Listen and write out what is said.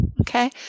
Okay